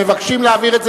מבקשים להעביר את זה